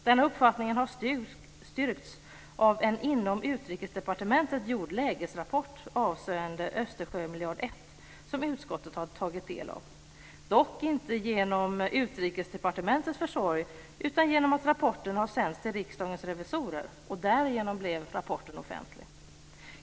Den uppfattningen har styrkts av en inom Utrikesdepartementet gjord lägesrapport avseende Östersjömiljard 1 som utskottet har tagit del av - dock inte genom Utrikesdepartementets försorg utan genom att rapporten har sänts till Riksdagens revisorer. Därigenom blev rapporten offentlig.